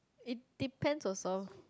it depend also